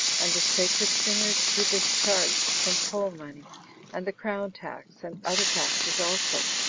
and the sacred singers, be discharged from poll-money and the crown tax and other taxes also.